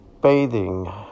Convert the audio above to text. bathing